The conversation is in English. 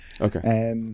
Okay